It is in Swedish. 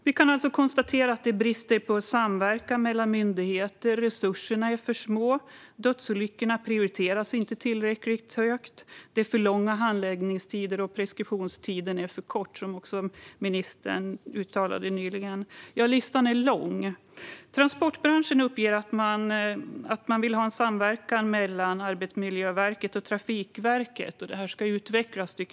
Vi kan alltså konstatera att det brister i samverkan mellan myndigheter, resurserna är för små, dödsolyckorna inte prioriteras tillräckligt högt, det är för långa handläggningstider och preskriptionstiden är för kort - som också ministern uttalade nyss. Ja, listan är lång. Transportbranschen vill ha en utvecklad samverkan mellan Arbetsmiljöverket och Trafikverket.